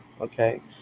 okay